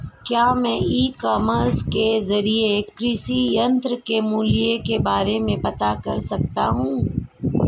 क्या मैं e commerce के ज़रिए कृषि यंत्र के मूल्य के बारे में पता कर सकता हूँ?